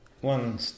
One